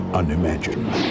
unimagined